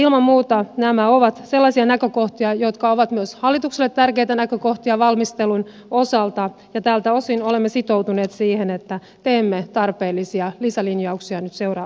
ilman muuta nämä ovat sellaisia näkökohtia jotka ovat myös hallitukselle tärkeitä näkökohtia valmistelun osalta ja tältä osin olemme sitoutuneet siihen että teemme tarpeellisia lisälinjauksia nyt seuraavina viikkoina